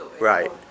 right